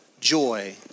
joy